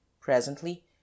Presently